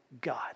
God